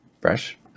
Fresh